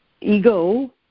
ego